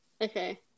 Okay